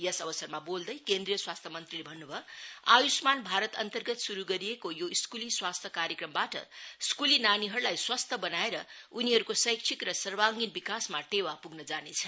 यस अवसरमा बोल्दै केन्द्रीय स्वास्थ्य मंत्रीले भन्न् भयो आय्ष्मान भारतअन्तर्गत शुरू गरिएको स्कूली स्वास्थ्य कार्यक्रमबाट स्कूली नानीहरूलाई स्वस्थ बनाएर उनीहरूको शैक्षिक र सर्वाङ्गिन विकासमा टेवा पुग्न जानेछ